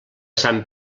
sant